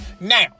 Now